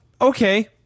okay